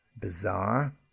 bizarre